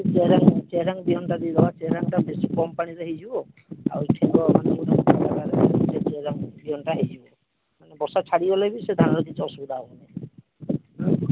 ଚେଢ଼ାନ ଚେଢ଼ାନ ବିହନଟା ଦେଇଦେବା ଚେଢ଼ାନଟା ବେଶୀ କମ୍ ପାଣିରେ ହେଇଯିବ ଆଉ ସେ ଚେଢ଼ାନ ବିହନଟା ହେଇଯିବ ମାନେ ବର୍ଷା ଛାଡ଼ିଗଲେ ବି ସେ ଧାନ କିଛି ଅସୁବିଧା ହେବନି